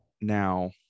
Now